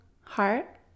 heart